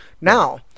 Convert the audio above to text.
Now